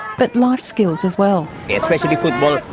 but life skills as well. especially football.